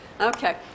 Okay